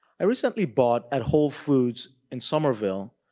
i recently bought, at whole foods in summerville,